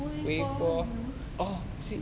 微波炉